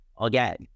again